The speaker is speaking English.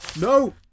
NO